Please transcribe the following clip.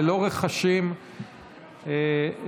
ללא רחשים ומלמולים.